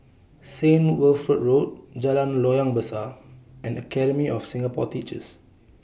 Saint Wilfred Road Jalan Loyang Besar and Academy of Singapore Teachers